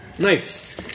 Nice